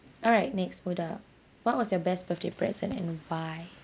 all right next moda what was your best birthday present and why